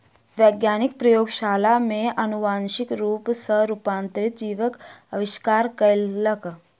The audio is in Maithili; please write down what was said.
वैज्ञानिक प्रयोगशाला में अनुवांशिक रूप सॅ रूपांतरित जीवक आविष्कार कयलक